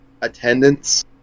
attendance